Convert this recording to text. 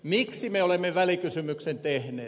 miksi me olemme välikysymyksen tehneet